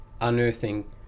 unearthing